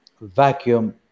vacuum